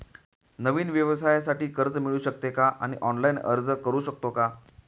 नवीन व्यवसायासाठी कर्ज मिळू शकते का आणि ऑनलाइन अर्ज करू शकतो का?